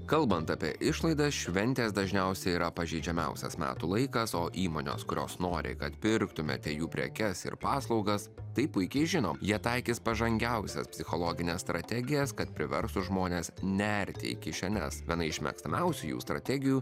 kalbant apie išlaidas šventės dažniausiai yra pažeidžiamiausias metų laikas o įmonios kurios nori kad pirktumėte jų prekes ir paslaugas tai puikiai žino jie taikys pažangiausias psichologines strategijas kad priverstų žmones nerti į kišenes viena iš mėgstamiausių jų strategijų